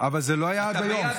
אבל זה לא היה עד היום.